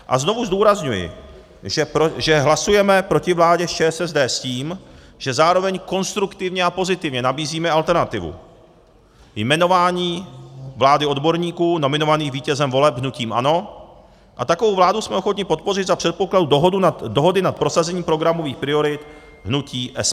A znovu zdůrazňuji, že hlasujeme proti vládě s ČSSD s tím, že zároveň konstruktivně a pozitivně nabízíme alternativu jmenování vlády odborníků nominovaných vítězem voleb, hnutím ANO, a takovou vládu jsme ochotni podpořit za předpokladu dohody nad prosazením programových priorit hnutí SPD.